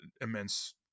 immense